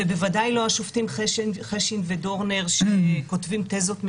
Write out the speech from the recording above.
ובוודאי לא השופטים חשין ודורנר שכותבים תזות משלהם,